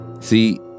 See